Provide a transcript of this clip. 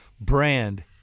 Brand